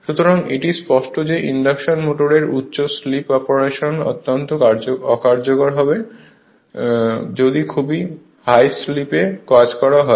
সুতরাং এটি স্পষ্ট যে ইন্ডাকশন মোটরের উচ্চ স্লিপ অপারেশন অত্যন্ত অকার্যকর হবে যদি খুব হাই স্লিপে কাজ করা হয়